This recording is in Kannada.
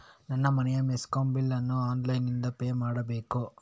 ನನ್ನ ಮನೆಯ ಮೆಸ್ಕಾಂ ಬಿಲ್ ಅನ್ನು ಆನ್ಲೈನ್ ಇಂದ ಪೇ ಮಾಡ್ಬೇಕಾ?